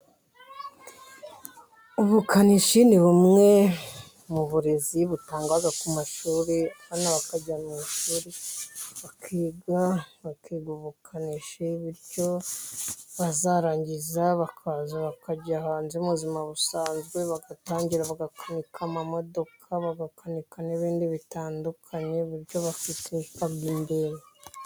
Ubukanishi ni bumwe mu burezi butangwa ku mashuri, abana bakajya mu ishuri bakiga bakiga ubukanishi, bityo bazarangiza bakaza bakajya hanze mu buzima busanzwe, bagatangira bagakanika amamodoka bagakanika n'ibindi bitandukanye bityo bakiteza imbere.